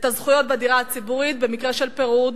הזכויות בדירה הציבורית במקרה של פירוד,